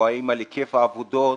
או האם על היקף העבודות?